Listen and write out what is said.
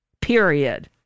Period